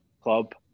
club